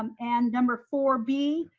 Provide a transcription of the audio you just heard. um and number four b,